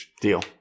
deal